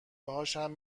هاشم